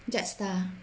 jetstar